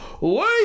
wait